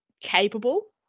capable